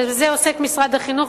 בזה עוסק משרד החינוך,